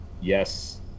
yes